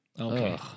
Okay